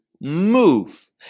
move